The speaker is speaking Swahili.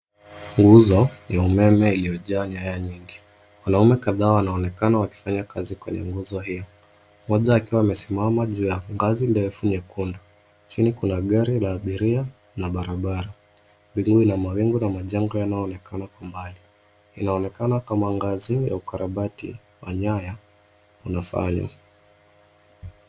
Nguzo ya umeme iliyojaa nyaya nyingi. Wanaume kadhaa wanaonekana wakifanya kazi kwenye nguzo hiyo. Mmoja akiwa amesimama juu ya ngazi ndefu nyekundu. Chini kuna gari la abiria na barabara. Biwi la mawingu na majengo yanayoonekana kwa mbali. Inaonekana kama ngazi ya ukarabtai wa nyaya unafanywa.